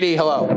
hello